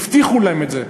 הבטיחו להם את זה.